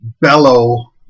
bellow